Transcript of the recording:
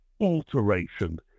alteration